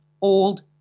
old